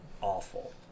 awful